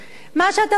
מה שאתה עושה כאן,